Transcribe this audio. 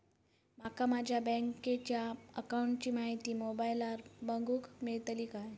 माका माझ्या बँकेच्या अकाऊंटची माहिती मोबाईलार बगुक मेळतली काय?